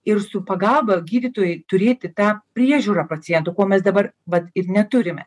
ir su pagalba gydytojai turėti tą priežiūrą pacientų ko mes dabar va ir neturime